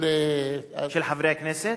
של חברי הכנסת?